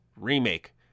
remake